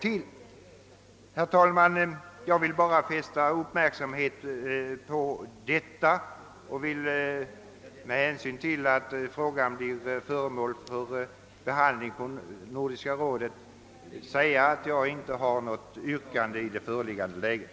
Herr talman! Jag vill bara fästa uppmärksamheten på detta. Med hänsyn till att frågan blir föremål för behandling av Nordiska rådet har jag inte något yrkande i det föreliggande läget.